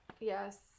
Yes